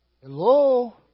Hello